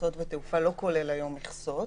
טיסות ותעופה לא כולל היום מכסות,